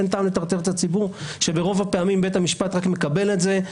אין טעם לטרטר את הציבור כשברוב הפעמים בית המשפט רק מקבל את זה,